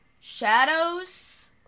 Shadows